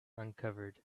uncovered